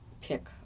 pick